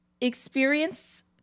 experience